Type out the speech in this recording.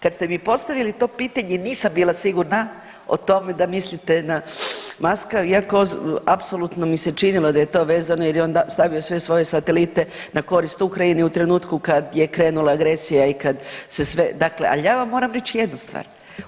Kad ste mi postavili to pitanje, nisam bila sigurna o tome da mislite na Muska, iako apsolutno mi se činilo da je to vezano jer je on stavio sve svoje satelite na korist Ukrajini u trenutku kad je krenula agresija i kad se sve, dakle, ali ja vam moram reći jednu stvar.